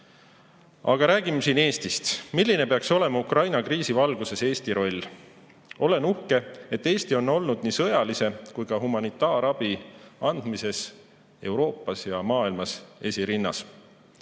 räägime Eestist: milline peaks olema Ukraina kriisi valguses Eesti roll? Olen uhke, et Eesti on olnud nii sõjalise kui ka humanitaarabi andmisel Euroopas ja maailmas esirinnas.